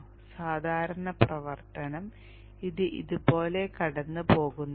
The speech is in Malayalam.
സാധാരണ പ്രവർത്തനം ഇത് ഇതുപോലെ കടന്നുപോകുന്നതാണ്